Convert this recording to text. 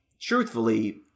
truthfully